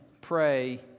pray